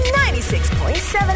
96.7